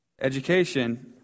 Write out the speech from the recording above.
Education